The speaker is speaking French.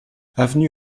avenue